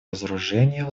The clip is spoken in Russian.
разоружения